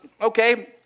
okay